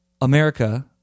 America